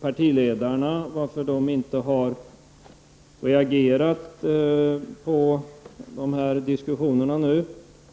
partiledarna inte har reagerat på de här diskussionerna.